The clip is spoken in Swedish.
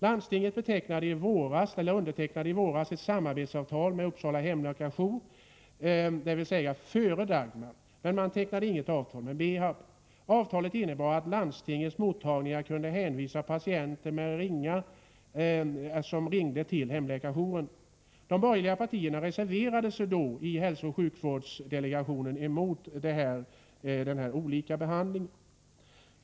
Landstinget undertecknade i våras, dvs. före Dagmaröverenskommelsen, ett samarbetsavtal med Uppsala Hemläkarjour AB, men man tecknade inget avtal med MEHAB. Avtalet innebar att landstingets mottagningar kunde hänvisa patienter att ringa till Hemläkarjour AB. De borgerliga partierna i hälsooch sjukvårdsdelegationen reserverade sig då mot denna olika behandling av de båda bolagen.